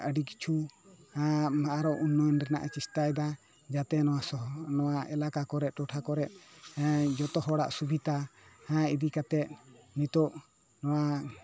ᱟᱹᱰᱤ ᱠᱤᱪᱷᱩ ᱟᱨᱚ ᱩᱱᱱᱚᱭᱚᱱ ᱨᱮᱱᱟᱜᱼᱮ ᱪᱮᱥᱴᱟᱭ ᱫᱟ ᱡᱟᱛᱮ ᱱᱚᱣᱟ ᱥᱚᱦᱚᱨ ᱱᱚᱣᱟ ᱮᱞᱟᱠᱟ ᱠᱚᱨᱮᱫ ᱴᱚᱴᱷᱟ ᱠᱚᱨᱮᱫ ᱡᱚᱛᱚ ᱦᱚᱲᱟᱜ ᱥᱩᱵᱤᱛᱟ ᱦᱮᱸ ᱤᱫᱤ ᱠᱟᱛᱮᱫ ᱱᱤᱛᱳᱜ ᱱᱚᱣᱟ